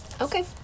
Okay